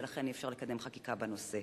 ולכן, אי-אפשר לקדם חקיקה בנושא.